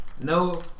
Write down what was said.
No